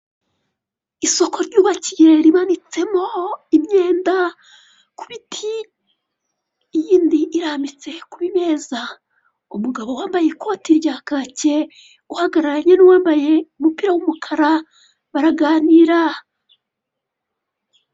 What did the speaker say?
Isoko ryubakiye rimanitsemo imyenda, kubiti iyindi irambitse ku bimeza umugabo wambaye ikote rya kake uhagararanye n'uwambaye umupira w'umukara baraganira.